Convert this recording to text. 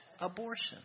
abortion